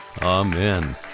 Amen